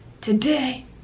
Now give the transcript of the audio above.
today